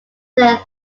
they